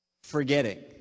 Forgetting